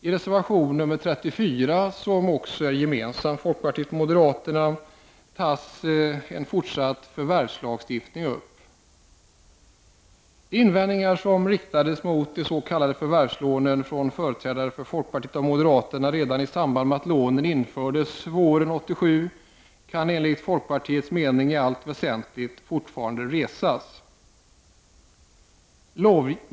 I reservation 37, som är gemensam för folkpartiet och moderaterna, tas frågan om fortsatt förvärvslagstiftning upp. De invändningar som riktades mot de s.k. förvärvslånen från företrädare från folkpartiet och moderaterna redan i samband med att lånen infördes våren 1987 kan enligt folkpartiets mening i allt väsentligt fortfarande resas.